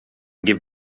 give